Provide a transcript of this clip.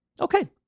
Okay